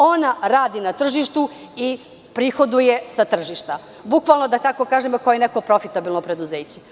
Ona radi na tržištu i prihoduje sa tržišta, bukvalno kao i neko profitabilno preduzeće.